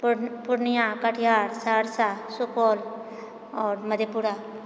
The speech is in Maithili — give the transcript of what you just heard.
पुर पूर्णिया कटिहार सहरसा सुपौल आओर मधेपुरा